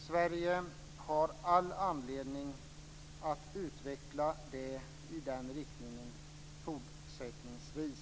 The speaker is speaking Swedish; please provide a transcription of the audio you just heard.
Sverige har all anledning att utveckla det i den riktningen fortsättningsvis.